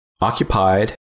occupied